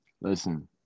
listen